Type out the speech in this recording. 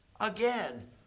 again